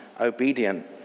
obedient